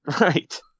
right